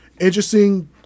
interesting